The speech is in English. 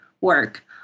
work